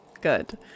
Good